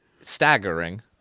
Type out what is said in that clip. Staggering